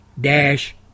dash